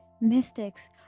mystics